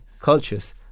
cultures